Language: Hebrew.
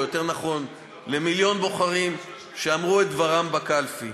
או יותר נכון למיליון בוחרים שאמרו את דברם בקלפי.